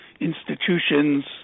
institutions